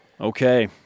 Okay